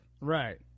Right